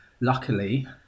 Luckily